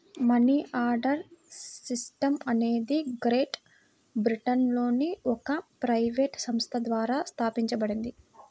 money order system అనేది great బ్రిటన్లోని ఒక ప్రైవేట్ సంస్థ ద్వారా స్థాపించబడింది